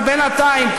אבל בינתיים,